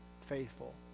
faithful